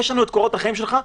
יש לנו את קורות החיים שלך.